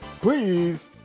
Please